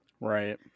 Right